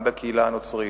גם בקהילה הנוצרית,